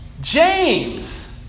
James